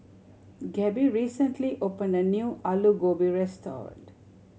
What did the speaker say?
Gabe recently opened a new Alu Gobi Restaurant